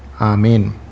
amen